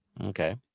okay